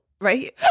right